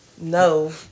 No